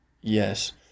Yes